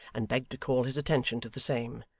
and begged to call his attention to the same,